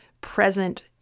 present